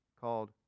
called